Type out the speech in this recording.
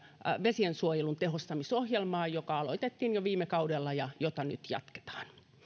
vesiensuojelun tehostamisohjelmaa joka aloitettiin jo viime kaudella ja jota nyt jatketaan